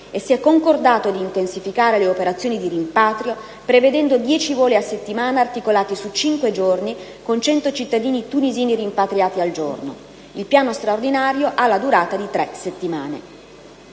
e si è concordato di intensificare le operazioni di rimpatrio, prevedendo 10 voli a settimana articolati su cinque giorni, con 100 cittadini tunisini rimpatriati al giorno. Il piano straordinario ha la durata di tre settimane.